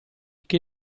che